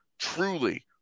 Truly